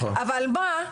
אבל מה,